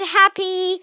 happy